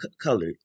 colored